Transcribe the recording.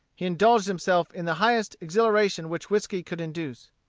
he indulged himself in the highest exhilaration which whiskey could induce.